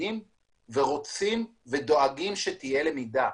מתפקדים ודואגים שתהיה למידה.